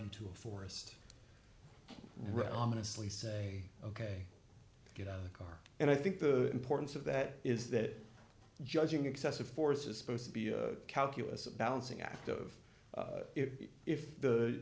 into a forest right honestly say ok get out of the car and i think the importance of that is that judging excessive force is supposed to be a calculus a balancing act of if if the